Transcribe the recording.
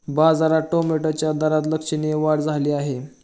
बाजारात टोमॅटोच्या दरात लक्षणीय वाढ झाली आहे